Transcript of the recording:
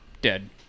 Dead